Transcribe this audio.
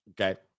Okay